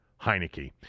Heineke